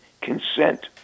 consent